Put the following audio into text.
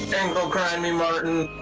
angle grind me, martin!